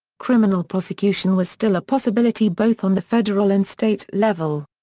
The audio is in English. criminal prosecution was still a possibility both on the federal and state level.